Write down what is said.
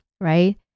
right